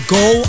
go